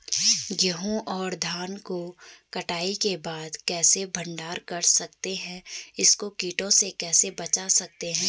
गेहूँ और धान को कटाई के बाद कैसे भंडारण कर सकते हैं इसको कीटों से कैसे बचा सकते हैं?